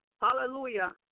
hallelujah